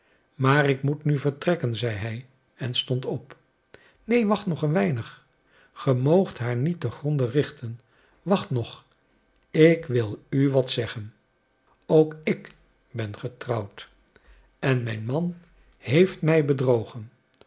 maar ik moet nu vertrekken zeide hij en stond op neen wacht nog een weinig ge moogt haar niet te gronde richten wacht nog ik wil u wat zeggen ook ik ben gehuwd en mijn man heeft mij bedrogen